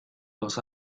los